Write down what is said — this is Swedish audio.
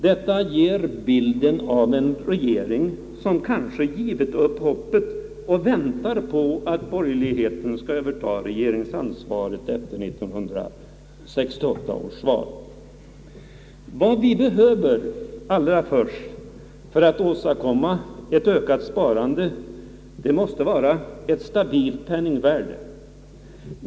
Detta ger bilden av en regering som kanske givit upp hoppet och väntar på att borgerligheten skall överta regeringsansvaret efter 1968 års val. Vad vi allra först behöver för att åstadkomma ett ökat sparande måste vara ett stabilt penningvärde.